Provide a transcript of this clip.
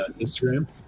Instagram